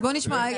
בואו נשמע,